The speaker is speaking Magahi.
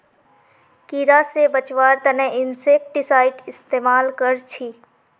कीड़ा से बचावार तने इंसेक्टिसाइड इस्तेमाल कर छी